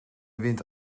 wint